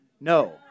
No